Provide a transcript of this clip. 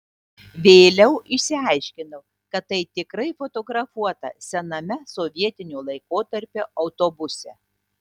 vėliau išsiaiškinau kad tai tikrai fotografuota sename sovietinio laikotarpio autobuse